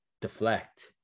deflect